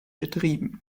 betrieben